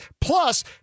Plus